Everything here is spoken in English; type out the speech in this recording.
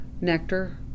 nectar